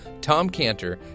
tomcantor